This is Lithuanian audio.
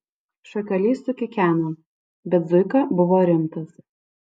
šakalys sukikeno bet zuika buvo rimtas